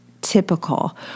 typical